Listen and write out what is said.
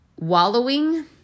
wallowing